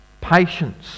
patience